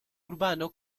urbano